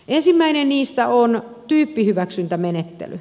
ensimmäinen niistä on tyyppihyväksyntämenettely